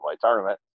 tournament